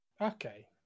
Okay